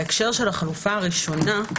בהקשר של החלופה הראשונה,